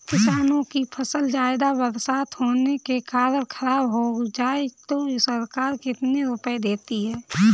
किसानों की फसल ज्यादा बरसात होने के कारण खराब हो जाए तो सरकार कितने रुपये देती है?